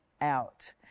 out